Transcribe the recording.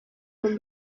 von